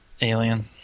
Alien